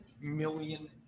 million